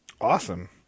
Awesome